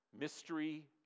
Mystery